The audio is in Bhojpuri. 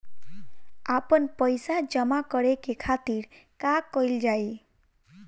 आपन पइसा जमा करे के खातिर का कइल जाइ?